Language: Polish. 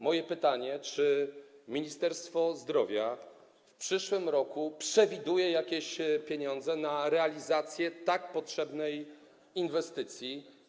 Moje pytanie: Czy Ministerstwo Zdrowia w przyszłym roku przewiduje jakieś pieniądze na realizację tak potrzebnej inwestycji?